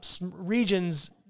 regions